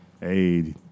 Hey